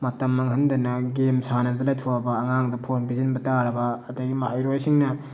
ꯃꯇꯝ ꯃꯥꯡꯍꯟꯗꯅ ꯒꯦꯝ ꯁꯥꯅꯗꯅ ꯂꯩꯊꯣꯛꯑꯕ ꯑꯉꯥꯡꯗ ꯐꯣꯟ ꯄꯤꯁꯤꯟꯕ ꯇꯥꯔꯕ ꯑꯗꯩ ꯃꯍꯩꯔꯣꯏꯁꯤꯡꯅ